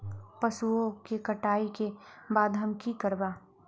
पशुओं के कटाई के बाद हम की करवा?